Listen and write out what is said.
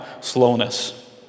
slowness